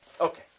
Okay